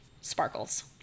sparkles